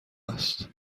است